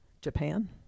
Japan